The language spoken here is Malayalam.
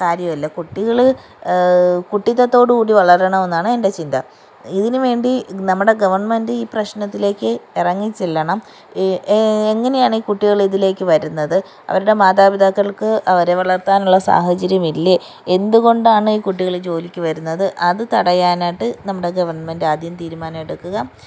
കാര്യമല്ല കുട്ടികൾ കുട്ടിത്തത്തോട് കൂടി വളരണമെന്നാണ് എന്റെ ചിന്ത ഇതിന് വേണ്ടി നമ്മുടെ ഗെവണ്മെൻറ്റ് ഈ പ്രശ്നത്തിലേക്ക് ഇറങ്ങിച്ചെല്ലണം എങ്ങനെയാണീ കുട്ടികളിതിലേക്ക് വരുന്നത് അവരുടെ മാതാപിതാക്കൾക്ക് അവരെ വളർത്താനുള്ള സാഹചര്യം ഇല്ല എന്തുകൊണ്ടാണീ കുട്ടികൾ ജോലിക്ക് വരുന്നത് അത് തടയാനായിട്ട് നമ്മുടെ ഗെവണ്മെൻറ്റാദ്യം തീരുമാനം എട്ക്ക്ക